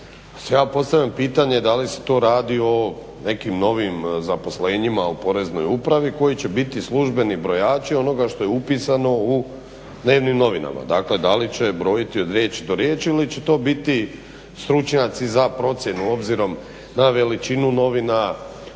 ja postavljam pitanje da li se tu radi o nekim novim zaposlenjima u Poreznoj upravi koji će biti službeni brojači onoga što je upisano u dnevnim novinama. Dakle, da li će brojiti od riječi do riječi ili će to biti stručnjaci za procjenu obzirom na veličinu novina,